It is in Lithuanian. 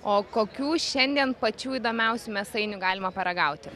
o kokių šiandien pačių įdomiausių mėsainių galima paragauti